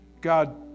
God